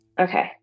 Okay